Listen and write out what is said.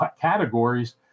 categories